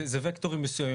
זה וקטורים מסוימים.